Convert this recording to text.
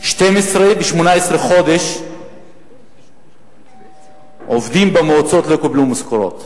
12 ו-18 חודש עובדים במועצות לא קיבלו משכורות,